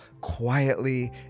quietly